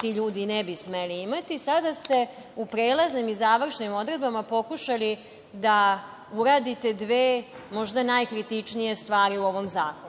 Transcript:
ti ljudi ne bi smeli imati, sada ste u prelaznim i završnim odredbama pokušali da uradite dve, možda, najkritičnije stvari u ovom zakonu. Prvo